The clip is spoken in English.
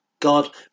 God